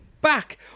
back